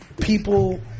people